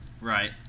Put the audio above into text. Right